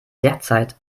derzeit